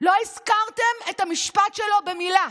ולא הזכרתם את המשפט שלו במילה.